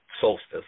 solstice